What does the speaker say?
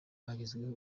hagezweho